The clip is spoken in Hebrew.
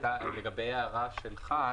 לגבי ההערה שלך,